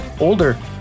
older